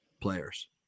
players